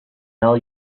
tell